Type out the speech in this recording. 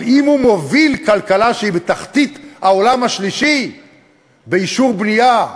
אבל אם הוא מוביל כלכלה שהיא בתחתית העולם השלישי באישורי בנייה,